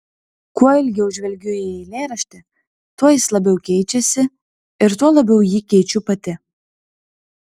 kuo ilgiau žvelgiu į eilėraštį tuo jis labiau keičiasi ir tuo labiau jį keičiu pati